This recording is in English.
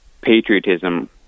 patriotism